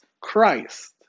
Christ